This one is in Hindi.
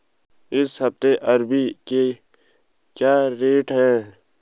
इस हफ्ते अरबी के क्या रेट हैं?